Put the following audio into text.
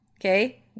okay